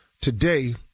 Today